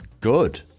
good